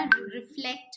reflect